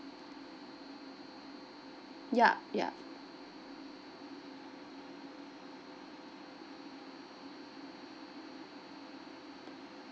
yup yup